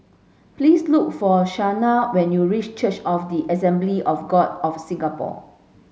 please look for Shauna when you reach Church of the Assembly of God of Singapore